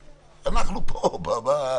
החלק השני הוא: אם אתה יורה אותו כבר,